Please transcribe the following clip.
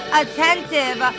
attentive